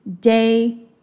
Day